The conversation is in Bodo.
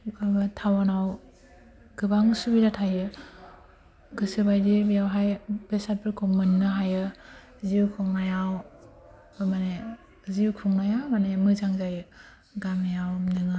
टाउनआव गोबां सुबिदा थायो गोसो बायदि बेयावहाय बेसादफोरखौ मोननो हायो जिउ खुंनायाव थारमानि जिउ खुंनाया मानि मोजां जायो गामिआव नोङो